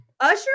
Usher